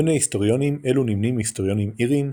בין היסטוריונים אלו נמנים היסטוריונים איריים,